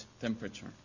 temperature